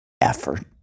effort